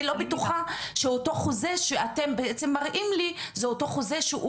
לא בטוחה שהחוזה שאתם מראים לי זה בעצם אותו חוזה.